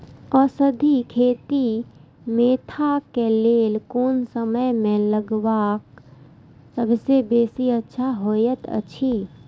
औषधि खेती मेंथा के लेल कोन समय में लगवाक सबसँ बेसी अच्छा होयत अछि?